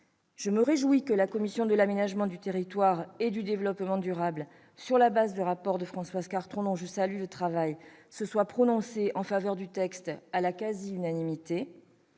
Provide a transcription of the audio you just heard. je me réjouis que la commission de l'aménagement du territoire et du développement durable, sur la base du rapport de Françoise Cartron, dont je salue le travail, se soit prononcée en faveur de ce texte à la quasi-unanimité.